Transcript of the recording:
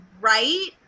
right